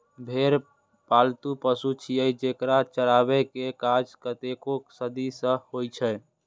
भेड़ पालतु पशु छियै, जेकरा चराबै के काज कतेको सदी सं होइ छै